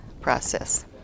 process